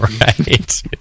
right